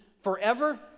forever